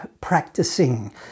practicing